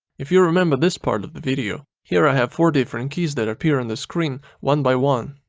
if you remember this part of the video, here i have four different keys that appear on the screen one by one.